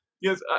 Yes